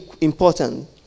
important